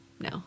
no